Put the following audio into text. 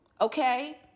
Okay